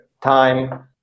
time